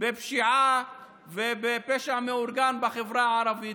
בפשיעה ובפשע מאורגן בחברה הערבית,